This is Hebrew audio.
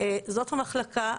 זאת המחלקה,